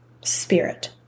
spirit